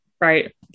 right